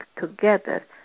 together